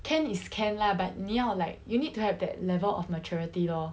can is can lah but 妳要 like you need to have that level of maturity lor